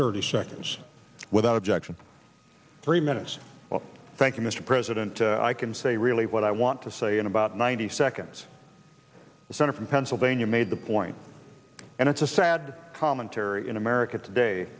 thirty seconds without objection three minutes thank you mr president i can say really what i want to say in about ninety seconds the senate and pennsylvania made the point and it's a sad commentary in america today